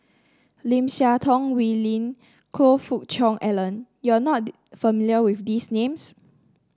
Lim Siah Tong Wee Lin Choe Fook Cheong Alan you are not familiar with these names